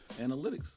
Analytics